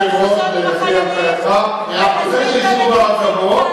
ביום ראשון עם החיילים ונזמין גם את נציג צה"ל.